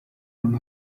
non